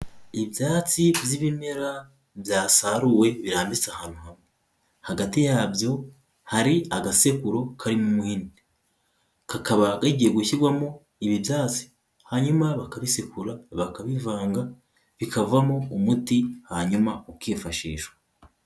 Ibyatsi by'ibimera byasaruwe birambitse ahantu hamwe, hagati yabyo hari agasekuro karimo umuhini, kakaba kagiye gushyirwamo ibi byatsi, hanyuma bakabisekura, bakabivanga bikavamo umuti hanyuma ukifashishwa.